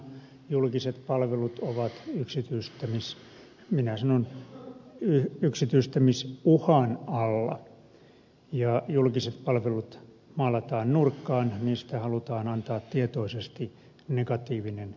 julkiset palvelut ovat yksityistämis minä sanon yksityistämis uhan alla ja julkiset palvelut maalataan nurkkaan niistä halutaan antaa tietoisesti negatiivinen kuva